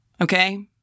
Okay